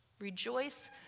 Rejoice